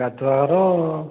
ଗାଧୁଆ ଘର